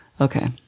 Okay